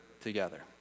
together